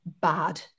bad